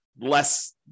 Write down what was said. less